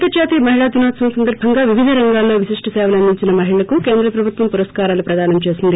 అంతర్లాతీయ మహిళా దినోత్పవం సందర్బంగా వివిధ రంగాల్లో విశిష్ణ సేవలు అందించిన మహిళలకు కేంద్ర ప్రభుత్వం పురస్కారాలు ప్రదానం చేసింది